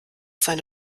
seine